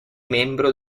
membro